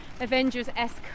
Avengers-esque